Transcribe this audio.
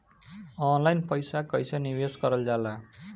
Online पईसा कईसे निवेश करल जाला?